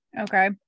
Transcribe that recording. okay